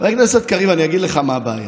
חבר הכנסת קריב, אני אגיד לך מה הבעיה: